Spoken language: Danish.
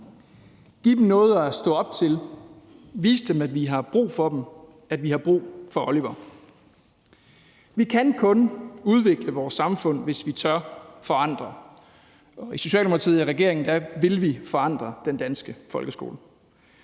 give dem noget at stå op til og vise dem, at vi har brug for dem. Vi skal vise, at vi har brug for Oliver. Vi kan kun udvikle vores samfund, hvis vi tør forandre. I Socialdemokratiet og i regeringen vil vi forandre den danske folkeskole.